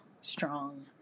strong